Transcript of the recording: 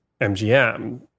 MGM